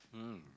mm